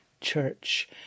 church